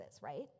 right